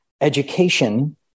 Education